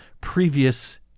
previous